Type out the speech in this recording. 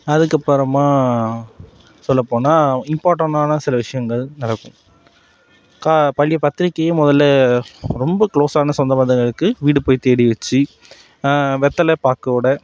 அதுக்கப்புறமா சொல்லப் போனால் இம்பார்ட்டனான சில விஷயங்கள் நடக்கும் பத்திரிக்கையும் முதல்ல ரொம்ப குளோஸானா சொந்த பந்தங்களுக்கு வீடு போய் தேடி வைச்சு வெத்தலை பாக்கோட